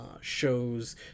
shows